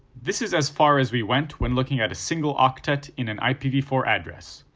this is as far as we went when looking at a single octet in an i p v four address.